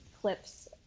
clips